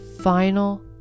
final